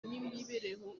n’imibereho